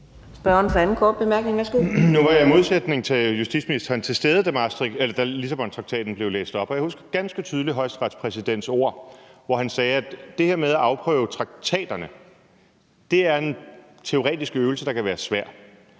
Nu var jeg i modsætning til justitsministeren til stede, da dommen om Lissabontraktaten blev læst op, og jeg husker ganske tydeligt højesteretspræsidentens ord om, at det her med at afprøve traktaterne er en teoretisk øvelse, der kan være svær.